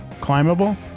Climbable